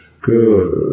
Good